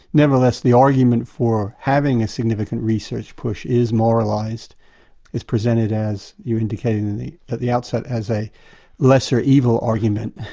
nevertheless the argument for having a significant research push is moralised is presented, as you indicated and at the outset, as a lesser evil argument.